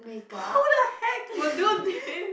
who the heck would do this